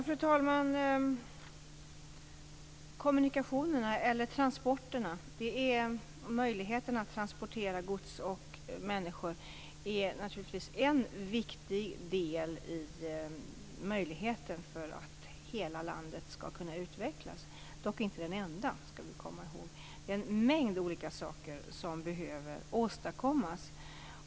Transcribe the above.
Fru talman! Möjligheterna att transportera gods och människor är naturligtvis en viktig del för att hela landet skall kunna utvecklas - dock inte den enda, skall vi komma ihåg. Det är en mängd olika saker som behöver åstadkommas.